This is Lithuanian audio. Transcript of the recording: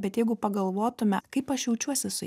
bet jeigu pagalvotume kaip aš jaučiuosi su